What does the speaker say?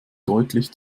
deutlich